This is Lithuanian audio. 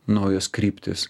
naujos kryptys